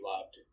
loved